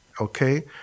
Okay